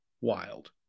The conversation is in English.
Wild